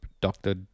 Doctor